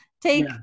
Take